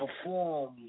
perform